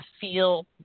feel